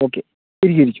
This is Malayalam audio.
ഓക്കെ ഇരിക്കൂ ഇരിക്കൂ